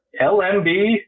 LMB